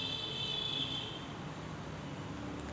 माझ्या वाट्याला माझे नावही येत नाही